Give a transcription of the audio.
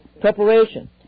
Preparation